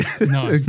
no